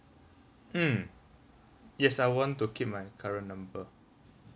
mm yes I want to keep my current number